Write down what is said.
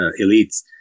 elites